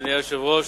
אדוני היושב-ראש,